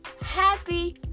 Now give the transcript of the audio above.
happy